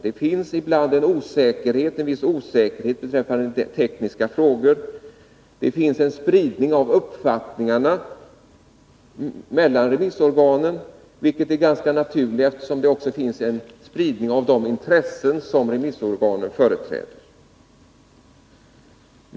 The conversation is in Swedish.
Det finns ibland en viss osäkerhet beträffande tekniska frågor. Det finns en spridning av uppfattningarna mellan remissorganen, vilket är ganska naturligt eftersom det också finns en spridning av de intressen som remissorganen företräder.